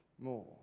more